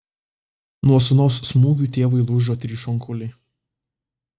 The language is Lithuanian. nuo sūnaus smūgių tėvui lūžo trys šonkauliai